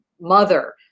mother